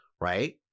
Right